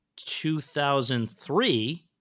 2003